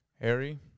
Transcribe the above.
Harry